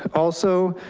also,